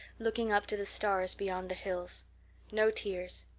looking up to the stars beyond the hills no tears,